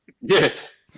Yes